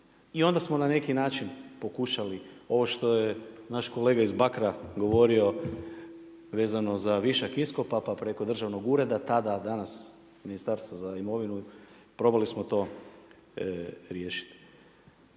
I onda smo na neki način pokušali ovo što je naš kolega iz Bakra govorio vezano za višak iskopa, pa preko Državnog ureda tada, danas Ministarstvo za imovinu probali smo to riješiti.